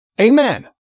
Amen